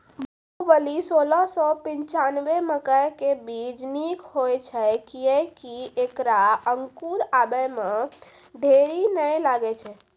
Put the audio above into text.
बाहुबली सोलह सौ पिच्छान्यबे मकई के बीज निक होई छै किये की ऐकरा अंकुर आबै मे देरी नैय लागै छै?